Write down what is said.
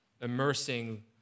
immersing